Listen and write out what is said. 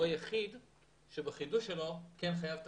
הוא היחיד שבחידוש שלו כן חייב תצהיר.